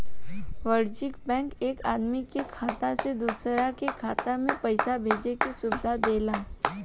वाणिज्यिक बैंक एक आदमी के खाता से दूसरा के खाता में पईसा भेजे के सुविधा देला